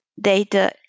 data